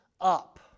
up